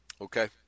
okay